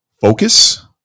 focus